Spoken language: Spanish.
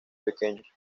pequeños